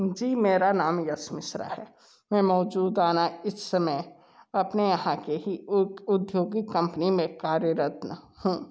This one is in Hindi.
जी मेरा नाम यश मिश्रा है मैं मौजूदा इस समय अपने यहाँ के ही औद्यौगिक कंपनी में कार्यरत हूँ